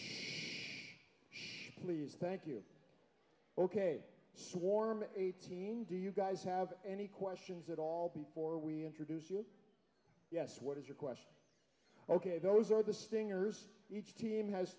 stage show please thank you ok swarm eighteen do you guys have any questions at all before we introduce you yes what is your question ok those are the stingers each team has